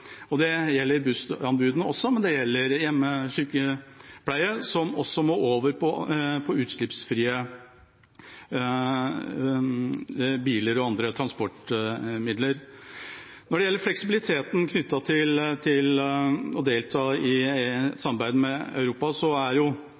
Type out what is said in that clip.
og det gjelder hjemmesykepleiere, som også må over på utslippsfrie biler og andre transportmidler. Når det gjelder fleksibiliteten knyttet til å delta i samarbeid med Europa, er gasskraftverket på Mongstad et